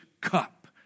cup